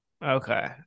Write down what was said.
Okay